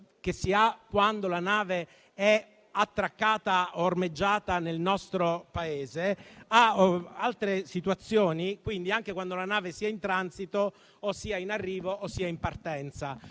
che si ha quando la nave è ormeggiata nel nostro Paese ad altre situazioni, quindi anche quando la nave sia in transito, sia in arrivo o in partenza.